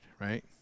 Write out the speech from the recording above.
right